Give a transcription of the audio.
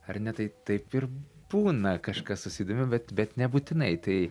ar ne tai taip ir būna kažkas susidomi bet bet nebūtinai tai